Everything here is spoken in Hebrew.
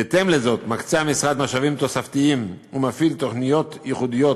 בהתאם לזאת מקצה המשרד משאבים תוספתיים ומפעיל תוכניות ייחודיות